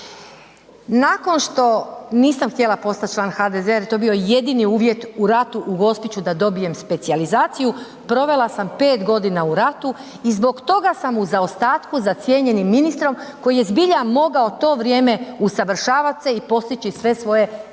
nakon što nisam htjela postati član HDZ-a jer je to bio jedini uvjet u ratu u Gospiću da dobijem specijalizaciju, provela sam 5 godina u ratu i zbog toga sam u zaostatku za cijenjenim ministrom koji je zbilja mogao to vrijeme usavršavati se i postići sve svoje